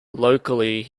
locally